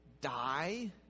die